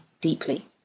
deeply